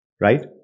Right